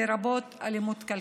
לרבות אלימות כלכלית.